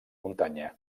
muntanya